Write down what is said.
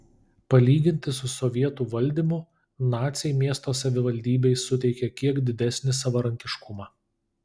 palyginti su sovietų valdymu naciai miesto savivaldybei suteikė kiek didesnį savarankiškumą